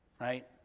Right